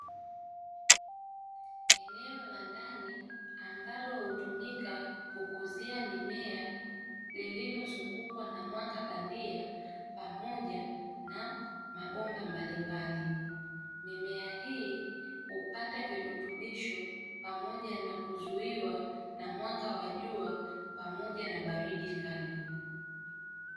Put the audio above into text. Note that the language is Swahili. Eneo la ndani ambalo hutumika kukuzia mimea lililozungukwa na mwanga bandia pamoja na mabomba mbalimbali, mimea hii hupata virutubisho pamoja na kuzuiwa na mwanga wa jua pamoja na baridi kali.